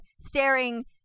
staring